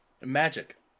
Magic